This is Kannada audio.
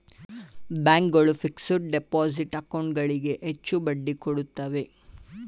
ಬ್ಯಾಂಕ್ ಗಳು ಫಿಕ್ಸ್ಡ ಡಿಪೋಸಿಟ್ ಅಕೌಂಟ್ ಗಳಿಗೆ ಹೆಚ್ಚು ಬಡ್ಡಿ ಕೊಡುತ್ತವೆ